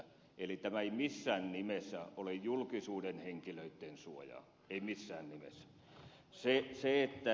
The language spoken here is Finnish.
eli tämä ei missään nimessä ole julkisuuden henkilöitten suoja ei missään nimessä